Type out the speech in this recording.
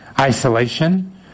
isolation